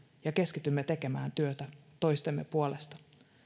ja keskitymme tekemään työtä toistemme puolesta